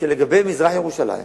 שלגבי מזרח-ירושלים,